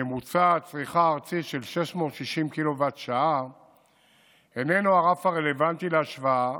ממוצע הצריכה הארצי של 660 קוט"ש איננו הרף הרלוונטי להשוואה